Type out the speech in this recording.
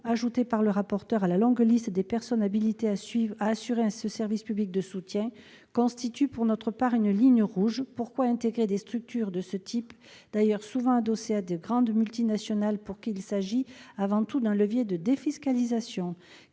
ajoutées par le rapporteur à la longue liste des personnes habilitées à assurer ce service public de soutien, représentent pour notre part une ligne rouge. Pourquoi intégrer des structures de ce type, d'ailleurs souvent adossées à de grandes multinationales pour lesquelles il s'agit avant tout d'un levier de défiscalisation